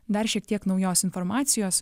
dar šiek tiek naujos informacijos